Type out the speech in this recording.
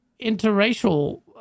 interracial